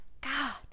god